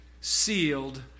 sealed